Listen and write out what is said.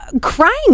crying